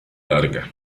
larga